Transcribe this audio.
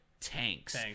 tanks